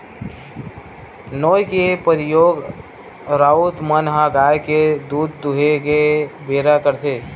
नोई के परियोग राउत मन ह गाय के दूद दूहें के बेरा करथे